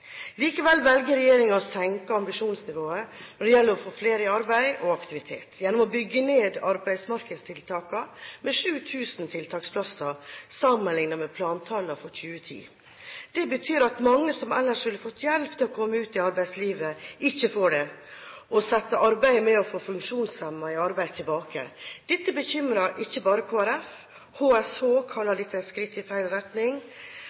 Likevel velger regjeringen å senke ambisjonsnivået, å få flere i arbeid og aktivitet, gjennom å bygge ned arbeidsmarkedstiltakene med 7 000 tiltaksplasser sammenlignet med plantallene for 2010. Det betyr at mange som ellers ville ha fått hjelp til å komme ut i arbeidslivet, ikke får det, og det setter arbeidet med å få funksjonshemmede i arbeid tilbake. Dette bekymrer ikke bare Kristelig Folkeparti. HSH kaller dette et skritt i feil retning,